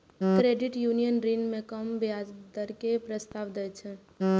credit union ऋण पर कम ब्याज दर के प्रस्ताव दै छै